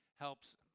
helps